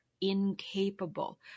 incapable